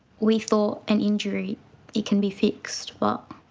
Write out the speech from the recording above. we thought, an injury it can be fixed, but